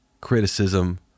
criticism